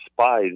spies